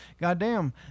goddamn